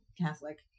Catholic